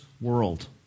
world